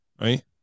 right